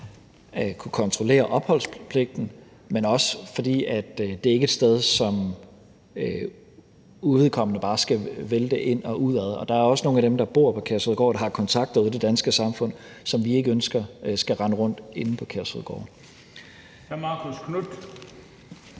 at kunne kontrollere opholdspligten, dels fordi det ikke er et sted, hvor uvedkommende bare skal vælte ind og ud. Der er også nogle af dem, der bor på Kærshovedgård, der har kontakter ude i det danske samfund, som vi ikke ønsker skal rende rundt inde på Kærshovedgård. Kl. 14:28 Den fg.